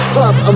Club